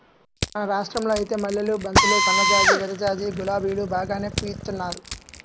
మన రాష్టంలో ఐతే మల్లెలు, బంతులు, సన్నజాజి, విరజాజి, గులాబీలు బాగానే పూయిత్తున్నారు